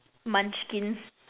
munchkins